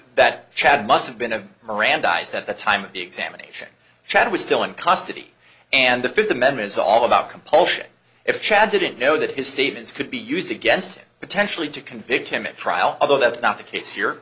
that child must have been a randomized at the time of the examination chad was still in custody and the fifth amendment is all about compulsion if chad didn't know that his statements could be used against him potentially to convict him in a trial although that's not the case here